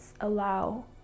allow